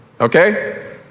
okay